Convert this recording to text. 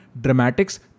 dramatics